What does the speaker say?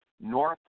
north